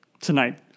tonight